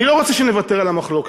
אני לא רוצה שנוותר על המחלוקת.